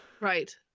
Right